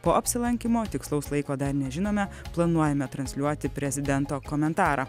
po apsilankymo tikslaus laiko dar nežinome planuojame transliuoti prezidento komentarą